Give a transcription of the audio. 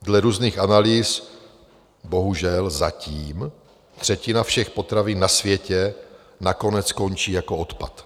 Dle různých analýz bohužel zatím třetina všech potravin na světě nakonec skončí jako odpad.